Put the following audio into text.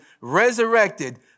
resurrected